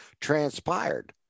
transpired